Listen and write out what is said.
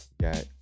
Got